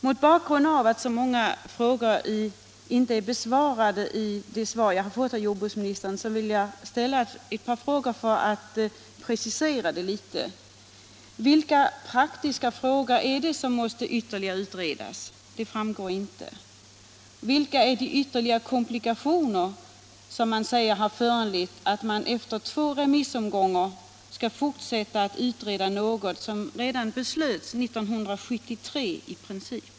Mot bakgrund av att så många frågor inte blev besvarade av jordbruksministern vill jag ställa ytterligare ett par frågor för att få det hela litet preciserat: Vilka praktiska frågor är det som måste ytterligare utredas? Det framgick inte av svaret. Vilka är de ytterligare komplikationer som sägs ha föranlett att man efter två remissomgångar måste fortsätta att utreda något som i princip beslöts redan 1973?